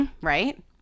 Right